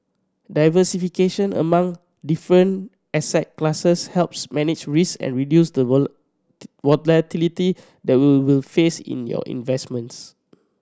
diversification among different asset classes helps manage risk and reduce the volatility that we will face in your investments